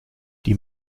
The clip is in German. die